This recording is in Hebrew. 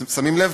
אתם שמים לב?